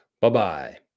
Bye-bye